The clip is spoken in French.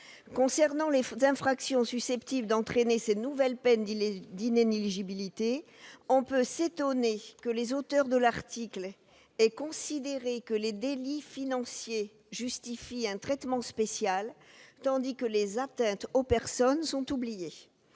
S'agissant des infractions susceptibles d'entraîner ces nouvelles peines d'inéligibilité, on peut s'étonner que les rédacteurs de l'article aient considéré que les délits financiers justifient un traitement spécial, mais oublié les atteintes aux personnes. Il